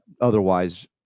otherwise